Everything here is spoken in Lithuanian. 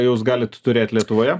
jūs galit turėt lietuvoje